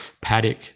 paddock